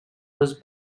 was